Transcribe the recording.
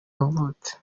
avutse